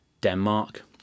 Denmark